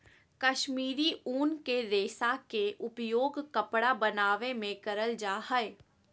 कश्मीरी उन के रेशा के उपयोग कपड़ा बनावे मे करल जा हय